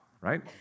right